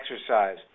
exercise